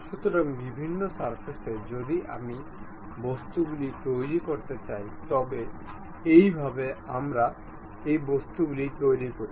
সুতরাং বিভিন্ন সারফেসে যদি আমি বস্তুগুলি তৈরি করতে চাই তবে এই ভাবে আমরা এই বস্তুগুলি তৈরি করি